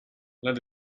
let